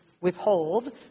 withhold